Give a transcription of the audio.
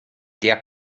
der